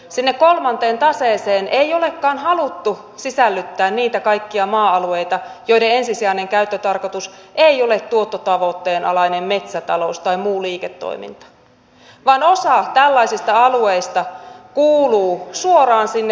sinne kolmanteen taseeseen ei olekaan haluttu sisällyttää niitä kaikkia maa alueita joiden ensisijainen käyttötarkoitus ei ole tuottotavoitteen alainen metsätalous tai muu liiketoiminta vaan osa tällaisista alueista kuuluu suoraan sinne bisnespuolen taseeseen